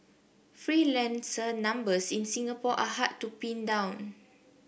freelancer numbers in Singapore are hard to pin down